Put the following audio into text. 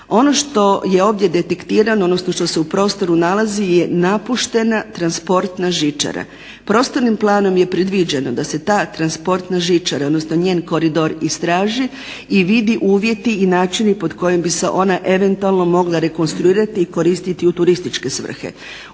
Ono što je ovdje detektirano, odnosno što se u prostoru nalazi je napuštena transportna žičara. Prostornim planom je predviđeno da se ta transportna žičara, odnosno njen koridor istraži i vidi uvjeti i načini pod kojim bi se ona eventualno mogla rekonstruirati i koristiti u turističke svrhe.